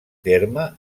terme